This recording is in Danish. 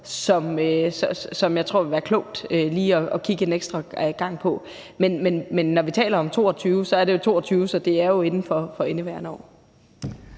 som jeg tror det vil være klogt lige at kigge en ekstra gang på. Men når vi taler om 2022, er det jo 2022, så det er jo i indeværende år.